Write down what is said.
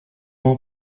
uma